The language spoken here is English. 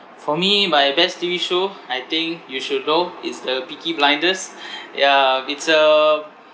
for me my best T_V show I think you should know it's the peaky blinders yeah it's a